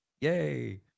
Yay